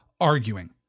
arguing